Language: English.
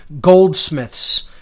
goldsmiths